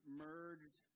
merged